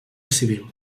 civil